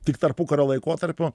tik tarpukario laikotarpiu